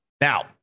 Now